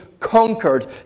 conquered